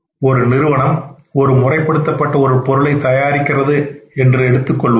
ஒரு நிறுவனம் ஒரு முறைப்படுத்தப்பட்ட ஒரு பொருளை தயாரிக்கின்றது என்று எடுத்துக்கொள்வோம்